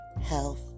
health